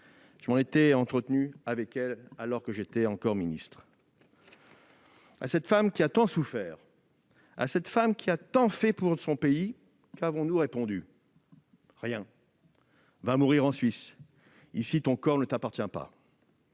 Je m'en étais entretenu avec elle alors que j'étais encore ministre. À cette femme qui a tant souffert et tant fait pour son pays, qu'avons-nous répondu ? Rien. Va mourir en Suisse. Ici, ton corps ne t'appartient pas